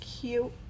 cute